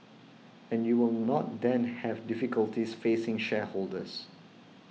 and you will not then have difficulties facing shareholders